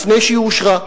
לפני שהיא אושרה.